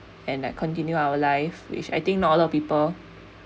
and like continue our life which I think not a lot of people